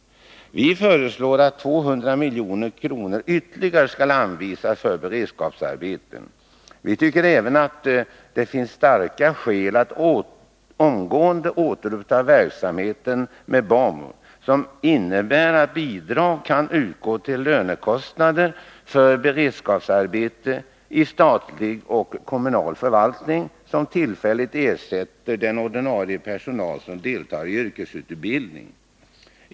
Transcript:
Vi föreslår att 200 milj.kr. ytterligare skall anvisas för beredskapsarbeten. Vi tycker även att det finns starka skäl att omgående återuppta verksamheten med BAMU, som innebär att bidrag kan utgå till lönekostnader för beredskapsarbetare i statlig och kommunal förvaltning, som tillfälligt ersätter den ordinarie personal som deltar i yrkesutbildning.